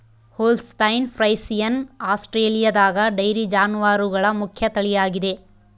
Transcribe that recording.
Holstein Friesian ಆಸ್ಟ್ರೇಲಿಯಾದಗ dairy ಜಾನುವಾರುಗಳ ಮುಖ್ಯ ತಳಿಯಾಗಿದೆ